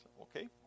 Okay